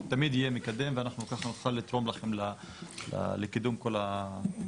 תמיד יהיה מקדם ואנחנו ככה נוכל לתרום לכם לקידום כל --- אוקיי,